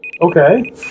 Okay